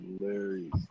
hilarious